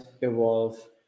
evolve